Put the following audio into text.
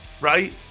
right